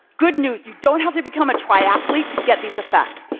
good news you don't have to become a triathlete to get these effects.